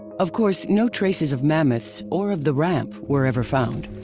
of course, no traces of mammoths or of the ramp were ever found.